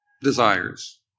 desires